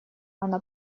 она